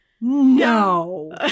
No